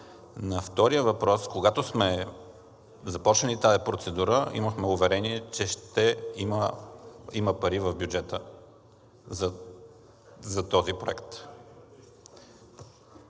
На втория въпрос. Когато сме започнали тази процедура, имахме уверение, че ще има пари в бюджета за този проект.